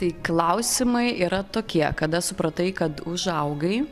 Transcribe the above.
tai klausimai yra tokie kada supratai kad užaugai